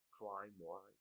crime-wise